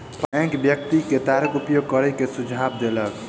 bank व्यक्ति के तारक उपयोग करै के सुझाव देलक